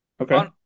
Okay